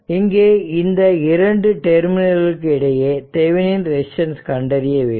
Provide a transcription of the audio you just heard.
இங்கே இந்த 2 டெர்மினல்களுக்கு இடையே தெவெனின் ரெசிஸ்டன்ஸ் கண்டறிய வேண்டும்